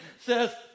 says